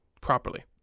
Properly